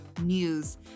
news